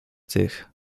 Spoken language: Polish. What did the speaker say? tych